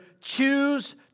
choose